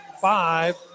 five